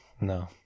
no